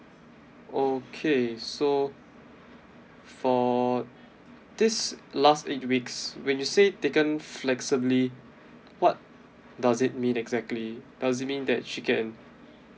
okay so for this last eight weeks when you say taken flexibly what does it mean exactly does it mean that she can